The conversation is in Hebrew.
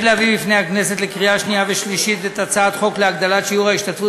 להביא בפני הכנסת לקריאה שנייה ושלישית את הצעת חוק להגדלת שיעור ההשתתפות